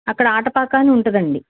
అక్కడ ఆటపాక అని ఉంటుందండి